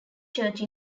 church